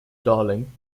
darling